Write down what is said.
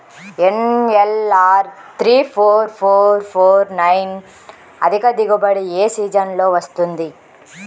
NLR three four four four nine అధిక దిగుబడి ఏ సీజన్లలో వస్తుంది?